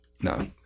No